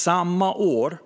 Samma år